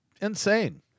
Insane